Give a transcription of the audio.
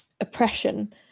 oppression